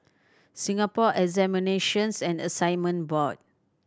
Singapore Examinations and Assessment Board